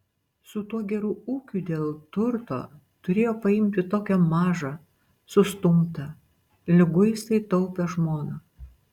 su tuo geru ūkiu dėl turto turėjo paimti tokią mažą sustumtą liguistai taupią žmoną